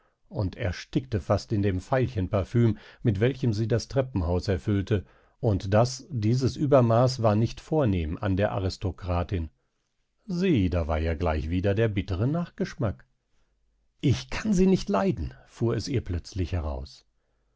und erstickte fast in dem veilchenparfüm mit welchem sie das treppenhaus erfüllte und das dieses uebermaß war nicht vornehm an der aristokratin sieh da war ja gleich wieder der bittere nachgeschmack ich kann sie nicht leiden fuhr es ihr plötzlich heraus